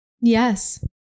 Yes